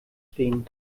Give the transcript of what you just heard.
stehen